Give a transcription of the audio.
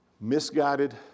Misguided